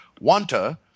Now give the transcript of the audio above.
Wanta